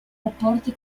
rapporti